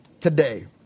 today